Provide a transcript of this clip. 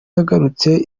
yagarutse